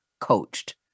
coached